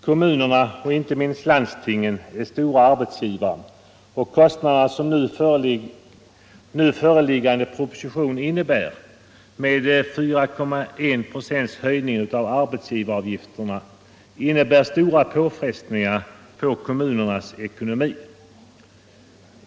Kommunerna och inte minst landstingen är stora arbetsgivare, och de kostnader som nu föreliggande proposition medför, med 4,1 procents höjning av arbetsgivaravgifterna, innebär stora påfrestningar på kommunernas ekonomi.